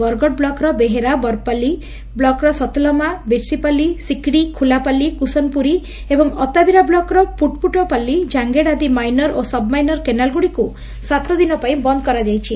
ବରଗଡ଼ ବ୍ଳକର ବେହେରା ବରପାଲି ବ୍ଲକର ସତଲମା ବିଶିପାଲି ସିକିର୍ଡ଼ି ଖୁଲାପାଲି କୁସନପୁରୀ ଏବଂ ଅତାବିରା ବ୍ଲକର ପୁଟୁପୁଟପାଲି ଜାଙେଙ୍ ଆଦି ମାଇନର ଓ ସବ ମାଇନର କେନାଲ ଗୁଡ଼ିକୁ ସାତଦିନ ପାଇଁ ବନ୍ଦ କରାଯାଇଛି